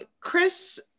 Chris